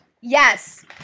Yes